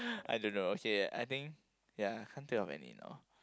I don't know okay I think ya can't think of any now